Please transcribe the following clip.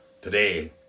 today